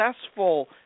successful